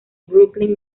brooklyn